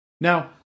Now